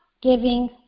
giving